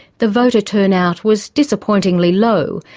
the voter turnout was disappointingly low,